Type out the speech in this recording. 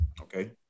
Okay